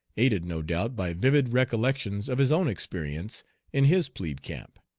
aided no doubt by vivid recollections of his own experience in his plebe camp.